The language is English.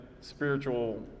spiritual